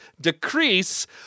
decrease